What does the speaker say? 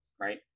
Right